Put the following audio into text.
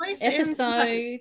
episode